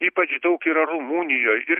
ypač daug yra rumunijoj ir